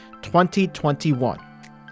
2021